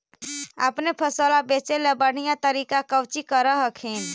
अपने फसलबा बचे ला बढ़िया तरीका कौची कर हखिन?